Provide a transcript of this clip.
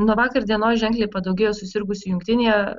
nuo vakar dienos ženkliai padaugėjo susirgusių jungtinėje